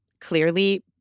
clearly